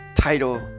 title